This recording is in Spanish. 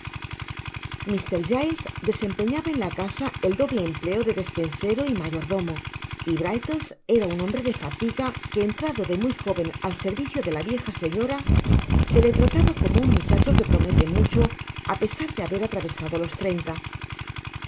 mr giles desempeñaba en la casa el doble empleo de despensero y mayordomo y brittles era un hombre de fatiga que entrado de muy joven al servicio de la vieja señora se le trataba como un muchacho que promete mucho á pesar de haber atravesado los treinta